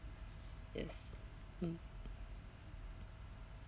yes mm